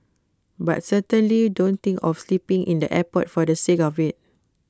but certainly don't think of sleeping in the airport for the sake of IT